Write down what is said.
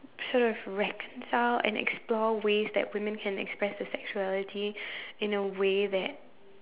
sort of reconcile and explore ways that women can express sexuality in a way that